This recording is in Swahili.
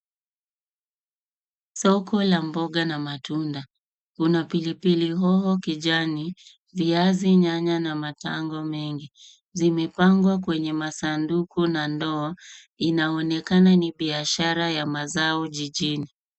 Soko la mboga na matunda. Kuna pilipili hoho kijani, viazi, nyanya na matango mengi. Zimepangwa kwenye masanduku na ndoo, inaonekana ni biashara ya mazao jijini.